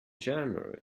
january